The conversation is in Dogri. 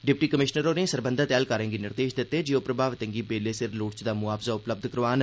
डिप्टी कमिशनर होरें सरबंघत ऐह्लकारें गी निर्देश दित्ते जे ओह् प्रमावितें गी बेल्ले सिर लोड़चदा मुआवजा उपलब्घ करोआन